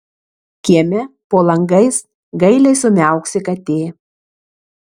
kieme po langais gailiai sumiauksi katė